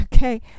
Okay